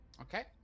Okay